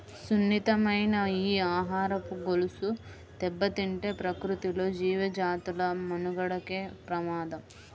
సున్నితమైన ఈ ఆహారపు గొలుసు దెబ్బతింటే ప్రకృతిలో జీవజాతుల మనుగడకే ప్రమాదం